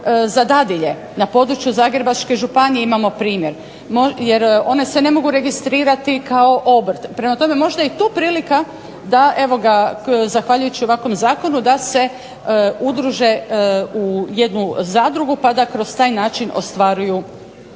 za dadilje, na području Zagrebačke županije imamo primjer, jer one se ne mogu registrirati kao obrt. Prema tome možda je i tu prilika da evo ga zahvaljujući ovakvom zakonu, da se udruže u jednu zadrugu, pa da kroz taj način ostvaruju